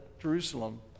Jerusalem